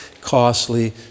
costly